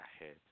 ahead